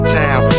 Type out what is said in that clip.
town